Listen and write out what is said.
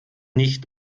nicht